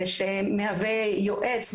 שמהווה יועץ,